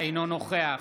אינו נוכח